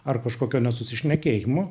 ar kažkokio nesusišnekėjimo